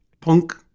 punk